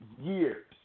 years